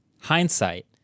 hindsight